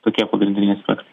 tokie pagrindiniai aspektai